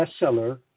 bestseller